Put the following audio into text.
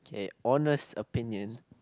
okay honest opinion